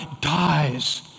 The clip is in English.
dies